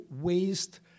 waste